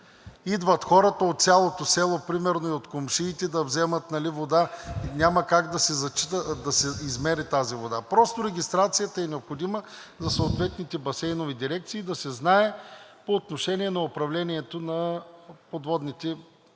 идват хората от цялото село примерно, и от комшиите, да вземат вода и тази вода няма как да се измери. Просто регистрацията е необходима за съответните басейнови дирекции по отношение на управлението на подпочвените води